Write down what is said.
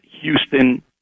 Houston